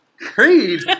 Creed